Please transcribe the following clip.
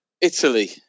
Italy